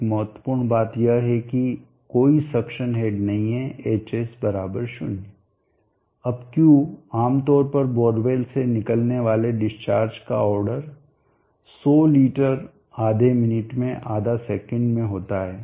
एक महत्वपूर्ण बात यह है कि कोई सक्शन हेड नहीं है hs 0 अब Q आम तौर पर बोरवेल से निकलने वाले डिस्चार्ज का ऑर्डर 100 लीटर आधे मिनट में आधा सेकंड में होता है